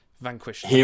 vanquished